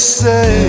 say